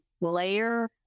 layer